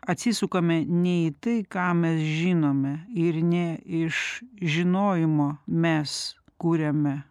atsisukame ne į tai ką mes žinome ir ne iš žinojimo mes kuriame